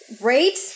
Great